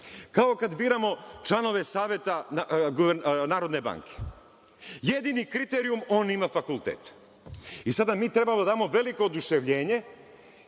Kao kada biramo članove Saveta Narodne banke, jedini kriterijum – on ima fakultet. Sada mi treba da damo veliko oduševljenje,